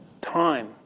time